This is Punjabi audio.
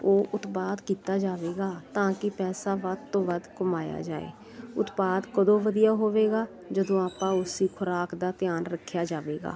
ਉਹ ਉਤਪਾਦ ਕੀਤਾ ਜਾਵੇਗਾ ਤਾਂ ਕਿ ਪੈਸਾ ਵੱਧ ਤੋਂ ਵੱਧ ਕਮਾਇਆ ਜਾਏ ਉਤਪਾਦ ਕਦੋਂ ਵਧੀਆ ਹੋਵੇਗਾ ਜਦੋਂ ਆਪਾਂ ਉਸਦੀ ਖੁਰਾਕ ਦਾ ਧਿਆਨ ਰੱਖਿਆ ਜਾਵੇਗਾ